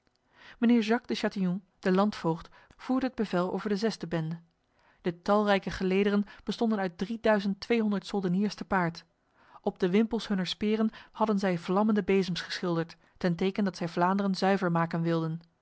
jacques de chatillon de landvoogd voerde het bevel over de zesde bende de talrijke gelederen bestonden uit drieduizend tweehonderd soldeniers te paard op de wimpels hunner speren hadden zij vlammende bezems geschilderd ten teken dat zij vlaanderen zuiver maken wilden